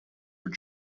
were